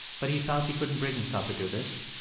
but he felt he couldn't bring himself to do this.